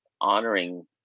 honoring